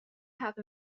have